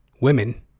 women